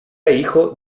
hijo